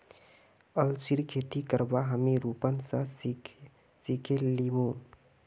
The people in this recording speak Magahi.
अलसीर खेती करवा हामी रूपन स सिखे लीमु